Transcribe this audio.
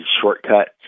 shortcuts